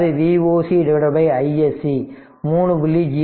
அதாவது Voc iSC 3